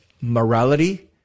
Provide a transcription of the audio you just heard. morality